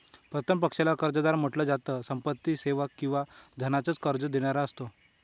प्रथम पक्षाला कर्जदार म्हंटल जात, संपत्ती, सेवा किंवा धनाच कर्ज देणारा असतो